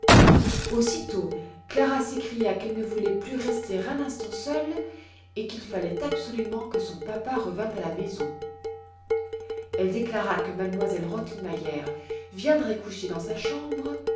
aussitôt clara s'écria qu'elle ne voulait plus rester un instant seule et qu'il fallait absolument que son papa revînt à la maison elle déclara que m elle rottenmeier viendrait coucher dans sa chambre